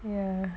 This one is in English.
ya